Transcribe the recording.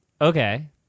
okay